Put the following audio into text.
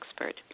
expert